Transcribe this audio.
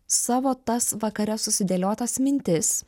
savo tas vakare susidėliotas mintis